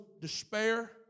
despair